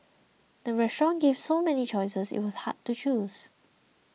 the restaurant gave so many choices it was hard to choose